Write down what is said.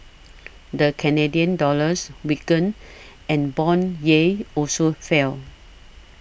the Canadian dollar weakened and bond yields also fell